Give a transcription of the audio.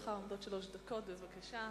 לרשותך עומדות שלוש דקות, בבקשה.